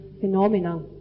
phenomena